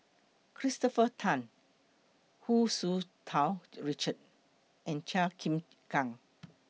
Christopher Tan Hu Tsu Tau Richard and Chua Chim Kang